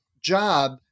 job